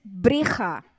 bricha